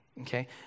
Okay